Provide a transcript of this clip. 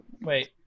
Wait